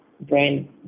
brain